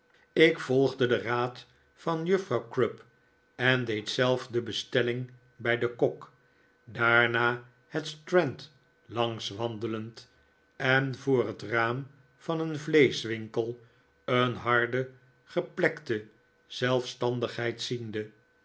ik volgde den raad van juffrouw crupp en deed zelf de bestelling bij den kok daarna het strand langs wandelend en voor het raam van een vleeschwinkel een harde geplekte zelfstandigheid ziende